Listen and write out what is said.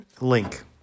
link